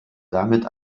damit